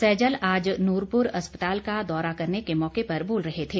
सैजल आज नूरपुर अस्पताल का दौरा करने के मौके पर बोल रहे थे